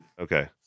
Okay